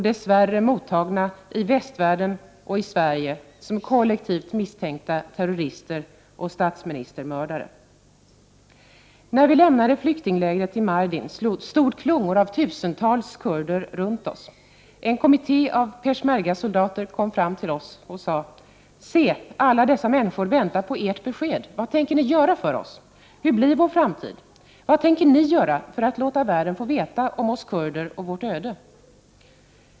Dess värre mottas de i västvärlden och Sverige som kollektivt misstänkta terrorister och statsministermördare. När vi lämnade flyktinglägret i Mardin stod klungor av tusentals kurder runt oss. En kommitté av Pesh merga-soldater kom fram till oss och sade: Se! Alla dessa människor väntar på ert besked. Vad tänker ni göra för oss? Hur blir vår framtid? Vad tänker ni göra för att låta världen få veta om oss kurder och vårt öde?